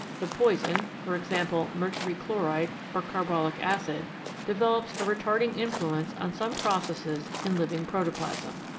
the poison for example, mercury chloride or carbolic acid develops a retarding influence on some processes in living protoplasm.